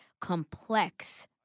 complex